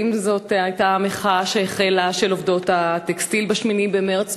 האם זו הייתה המחאה של עובדות הטקסטיל שהחלה ב-8 במרס